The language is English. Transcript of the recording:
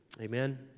Amen